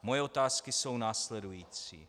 Moje otázky jsou následující.